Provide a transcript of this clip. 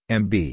mb